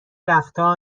وقتها